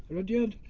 rudyard.